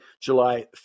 July